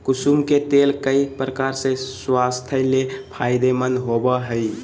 कुसुम के तेल कई प्रकार से स्वास्थ्य ले फायदेमंद होबो हइ